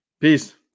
Peace